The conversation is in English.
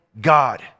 God